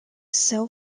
cell